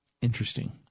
interesting